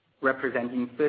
representing